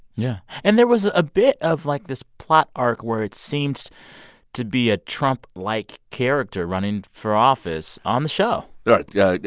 yeah. and there was a bit of, like, this plot arc where it seems to be a trump-like like character running for office on the show right. yeah yeah.